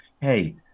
Hey